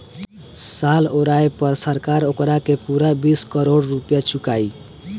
साल ओराये पर सरकार ओकारा के पूरा बीस करोड़ रुपइया चुकाई